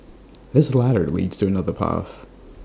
this ladder leads to another path